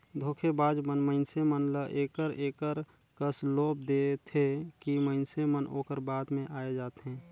धोखेबाज मन मइनसे मन ल एकर एकर कस लोभ देथे कि मइनसे मन ओकर बात में आए जाथें